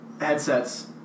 Headsets